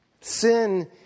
Sin